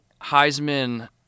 Heisman